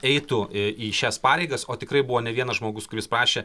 eitų į šias pareigas o tikrai buvo ne vienas žmogus kuris prašė